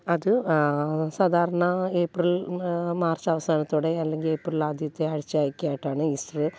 അത് സാധാരണ April March അവസാനത്തോടെ അല്ലെങ്കിൽ ഏപ്രിൽ ആദ്യത്തെ ആഴ്ച്ചയൊക്കെയായിട്ടാണ് ഈസ്റ്ററ്